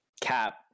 cap